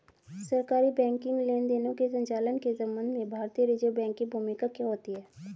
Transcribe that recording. सरकारी बैंकिंग लेनदेनों के संचालन के संबंध में भारतीय रिज़र्व बैंक की भूमिका क्या होती है?